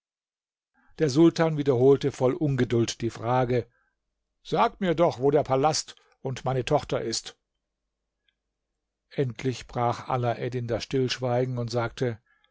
der sultan wiederholte voll ungeduld die frage sag mir doch wo der palast und meine tochter ist endlich brach alaeddin das stillschweigen und sagte